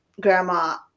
grandma